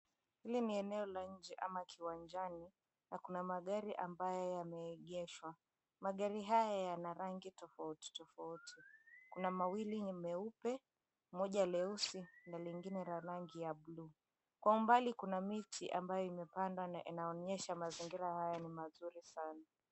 Hili ni eneo la nje ama kiwanjni, na kuna magari ambayo yameegeshwa. Magari haya yana rangi tofauti tofauti. Kuna mawili ni meupe, moja leusi na lingine la rangi ya bluu. Kwa umbali kuna miti ambayo imepandwa na inaonyesha mazingira haya ni mazuri sana.